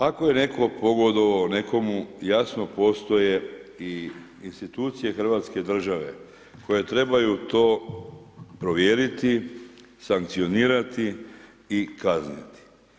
Ako je netko pogodovao nekomu jasno postoje i institucije Hrvatske države koje trebaju to provjeriti, sankcionirati i kazniti.